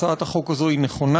הצעת החוק הזו היא נכונה.